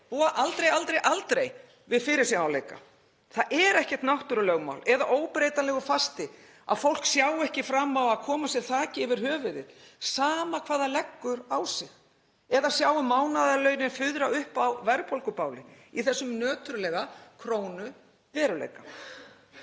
og búa aldrei við fyrirsjáanleika. Það er ekkert náttúrulögmál eða óbreytanlegur fasti að fólk sjái ekki fram á að koma sér þaki yfir höfuðið, sama hvað það leggur á sig, eða sjái mánaðarlaunin fuðra upp á verðbólgubáli í þessum nöturlega krónuveruleika.